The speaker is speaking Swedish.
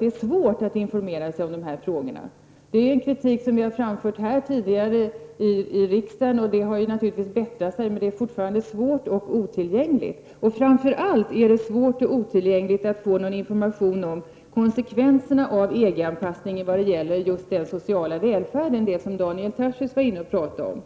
det är svårt att informera sig om dessa frågor. Det är en kritik som jag har framfört tidigare här i riksdagen. Det har naturligtvis blivit bättre, men det är fortfarande svårt och otillgängligt, framför allt att få någon information om konsekvenserna av EG-anpassningen vad gäller just den sociala välfärden, som Daniel Tarschys pratade om.